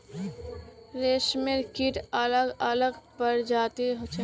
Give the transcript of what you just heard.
रेशमेर कीट अलग अलग प्रजातिर होचे